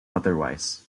otherwise